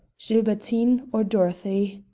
gilbertine or dorothy?